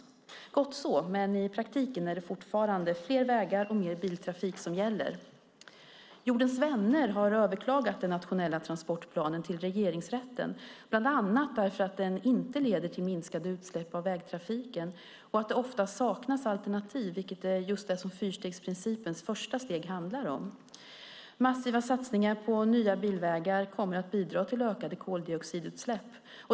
Gott så, men i praktiken är det fortfarande fler vägar och mer biltrafik som gäller. Jordens Vänner har överklagat den nationella transportplanen till Regeringsrätten, bland annat därför att den inte leder till minskade utsläpp av vägtrafiken och att det ofta saknas alternativ, vilket är just det som fyrstegsprincipens första steg handlar om. Massiva satsningar på nya bilvägar kommer att bidra till ökade koldioxidutsläpp.